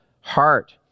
heart